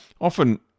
Often